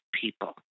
people